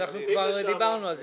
כבר דיברנו על זה,